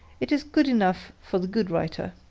it is good enough for the good writer.